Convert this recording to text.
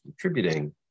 contributing